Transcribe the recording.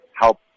help